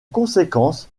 conséquence